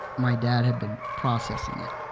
my dad had been processing it.